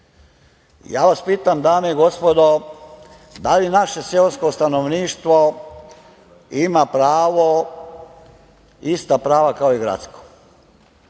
Ja vas pitam, dame i gospodo, da li naše seosko stanovništvo ima ista prava kao i gradsko?